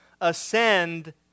ascend